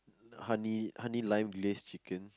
honey honey lime glazed chicken